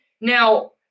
now